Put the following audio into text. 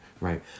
right